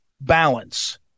balance